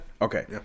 okay